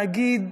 נגיד,